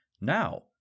Now